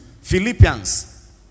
Philippians